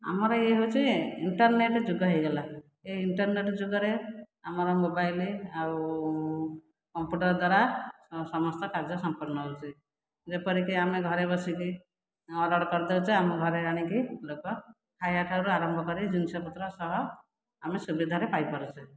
ଆମର ଏ ହେଉଛି ଇଣ୍ଟରନେଟ ଯୁଗ ହୋଇଗଲା ଏ ଇଣ୍ଟେରନେଟ ଯୁଗରେ ଆମର ମୋବାଇଲ ଆଉ କମ୍ପୁଟର ଦ୍ୱାରା ସମସ୍ତ କାର୍ଯ୍ୟ ସମ୍ପୂର୍ଣ୍ଣ ହେଉଛି ଯେପରିକି ଆମେ ଘରେ ବସି କରି ଅର୍ଡ଼ର କରି ଦେଉଛେ ଆମ ଘରେ ଆଣି କରି ଲୋକ ଖାଇବା ଠାରୁ ଆରମ୍ଭ କରିକି ଜିନିଷ ପତ୍ର ସହ ଆମେ ସୁବିଧାରେ ପାଇ ପାରୁଛେ